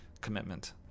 Commitment